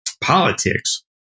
politics